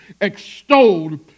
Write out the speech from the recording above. extolled